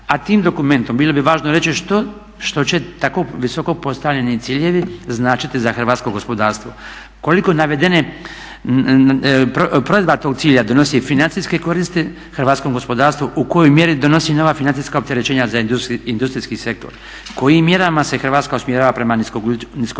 a tim dokumentom bilo bi važno reći što će tako visoko postavljeni ciljevi značiti za hrvatsko gospodarstvo. Provedba tog cilja donosi financijske koristi hrvatskom gospodarstvu u kojoj mjeri donosi nova financijska opterećenja za industrijski sektor. Kojim mjerama se Hrvatska usmjerava prema niskougljičnom